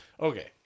Okay